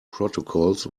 protocols